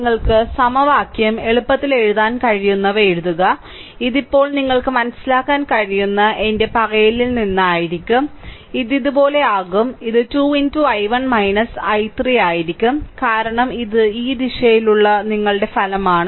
നിങ്ങൾക്ക് സമവാക്യം എളുപ്പത്തിൽ എഴുതാൻ കഴിയുന്നവ എഴുതുക ഇത് ഇപ്പോൾ നിങ്ങൾക്ക് മനസിലാക്കാൻ കഴിയുന്ന എന്റെ പറയലിൽ നിന്ന് ആയിരിക്കും ഇത് ഇതുപോലെയാകും ഇത് 2 i1 i3 ആയിരിക്കും കാരണം ഇത് ഈ ദിശയിലുള്ള നിങ്ങളുടെ ഫലമാണ്